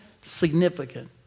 significant